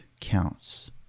counts